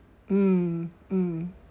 mm mm